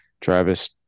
Travis